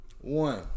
One